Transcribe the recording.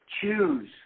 Choose